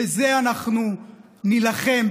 בזה אנחנו נילחם.